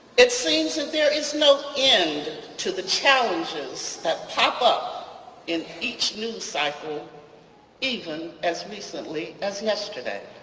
it seems that there is no end to the challenges that pop up in each news cycle even as recently as yesterday.